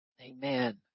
Amen